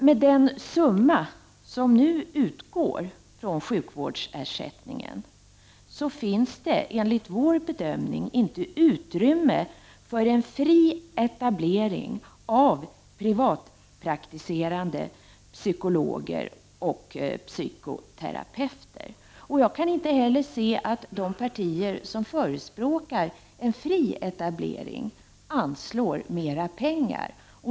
Med den summa som nu utgår från sjukvårdsersättningen finns det, enligt vår bedömning, inte utrymme för en fri etablering av privatpraktiserande psykologer och psykoterapeuter. Jag kan inte heller se att de partier som förespråkar en fri etablering anslår mer pengar.